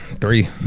three